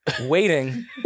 waiting